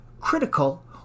critical